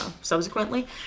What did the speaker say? subsequently